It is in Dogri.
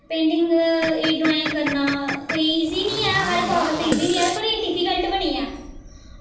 पेंटिंग एह् ड्राईंग करना कोई ईज़ी निं ऐ हर कुसै बास्तै ईज़ी निं ऐ पर एह् डिफिक्लट बी निं ऐ